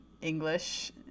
english